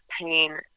pain